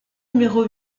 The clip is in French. numéro